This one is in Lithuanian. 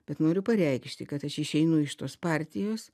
bet noriu pareikšti kad aš išeinu iš tos partijos